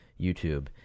YouTube